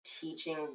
teaching